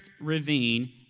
Ravine